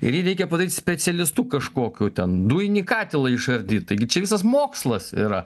ir jį reikia padaryt specialistu kažkokiu ten dujinį katilą išardyt taigi čia visas mokslas yra